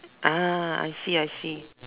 I see I see